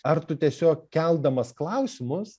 ar tu tiesiog keldamas klausimus